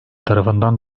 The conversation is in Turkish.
tarafından